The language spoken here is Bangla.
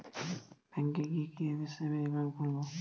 ব্যাঙ্কে গিয়ে কিভাবে সেভিংস একাউন্ট খুলব?